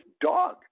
dog